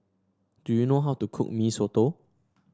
do you know how to cook Mee Soto